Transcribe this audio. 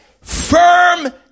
Firm